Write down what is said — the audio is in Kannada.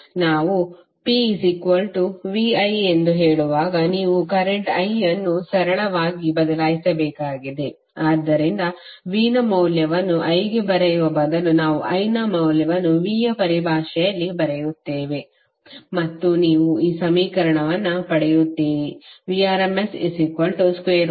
ನಾವು Pviಎಂದು ಹೇಳುವಾಗ ನೀವು ಕರೆಂಟ್ i ಅನ್ನು ಸರಳವಾಗಿ ಬದಲಾಯಿಸಬೇಕಾಗಿದೆ ಆದ್ದರಿಂದ v ನ ಮೌಲ್ಯವನ್ನು i ಗೆ ಬರೆಯುವ ಬದಲು ನಾವು i ನ ಮೌಲ್ಯವನ್ನು v ಯ ಪರಿಭಾಷೆಯಲ್ಲಿ ಬರೆಯುತ್ತೇವೆ ಮತ್ತು ನೀವು ಈ ಸಮೀಕರಣವನ್ನು ಪಡೆಯುತ್ತೀರಿ